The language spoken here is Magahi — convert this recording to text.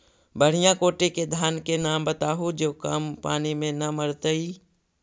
बढ़िया कोटि के धान के नाम बताहु जो कम पानी में न मरतइ?